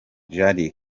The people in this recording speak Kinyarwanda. jali